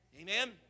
Amen